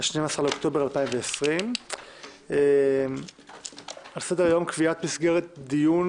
12 באוקטובר 2020. על סדר-היום קביעת מסגרת דיון